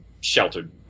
sheltered